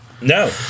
No